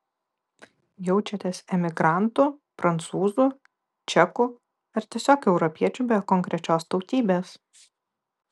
jaučiatės emigrantu prancūzu čeku ar tiesiog europiečiu be konkrečios tautybės